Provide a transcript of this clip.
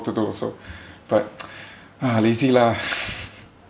to do also but lazy lah